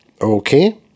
Okay